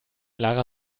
lara